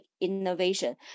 innovation